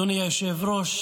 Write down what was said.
אדוני היושב-ראש,